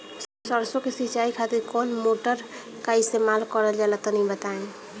सरसो के सिंचाई खातिर कौन मोटर का इस्तेमाल करल जाला तनि बताई?